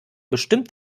bestimmt